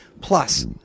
Plus